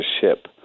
ship